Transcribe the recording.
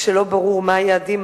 כשלא ברור מה היעדים,